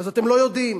אז אתם לא יודעים.